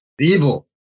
evil